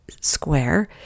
square